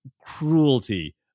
cruelty